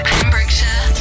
Pembrokeshire